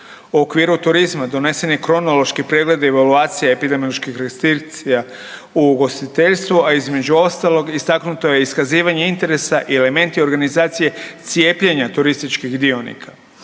U okviru turizma donesen je kronološki pregled evaluacija epidemioloških restrikcija u ugostiteljstvu, a između ostalog istaknuto je iskazivanje interesa i elementi organizacije cijepljenja turističkih dionika.